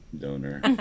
donor